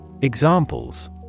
Examples